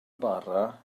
bara